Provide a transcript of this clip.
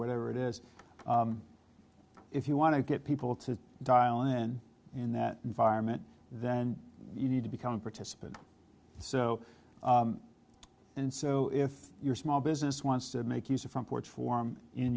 whatever it is if you want to get people to dial in in that environment then you need to become a participant so and so if your small business wants to make use of front porch form in